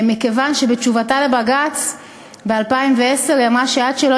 מכיוון שבתשובתה לבג"ץ ב-2010 היא אמרה שעד שלא